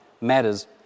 matters